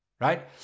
right